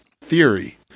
theory